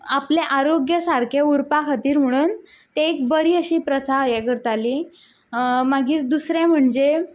आपलें आरोग्य सारकें उरपा खातीर म्हुणोन ते एक बरी अशी प्रथा हें करताली मागीर दुसरें म्हणजे